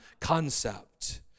concept